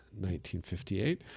1958